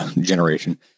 generation